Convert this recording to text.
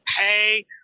pay